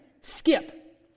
skip